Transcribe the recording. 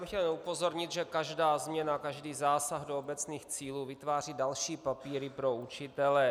Chtěl bych upozornit, že každá změna, každý zásah do obecných cílů vytváří další papíry pro učitele.